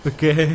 Okay